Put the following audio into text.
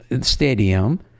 stadium